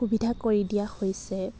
সুবিধা কৰি দিয়া হৈছে